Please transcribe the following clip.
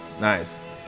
nice